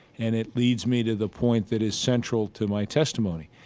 and it leads me to the point that is central to my testimony,